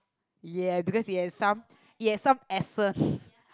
ya because it has some ya some excess